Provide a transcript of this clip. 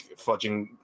fudging